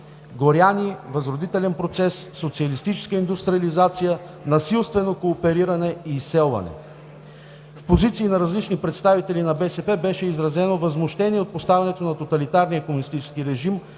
„горяни“, „възродителен процес“, „социалистическа индустриализация“, „насилствено коопериране“ и „изселване“. В позиции на различни представители на БСП беше изразено възмущение от поставянето на тоталитарния комунистически режим